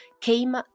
came